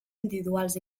individuals